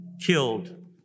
killed